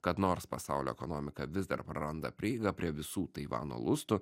kad nors pasaulio ekonomika vis dar praranda prieigą prie visų taivano lusto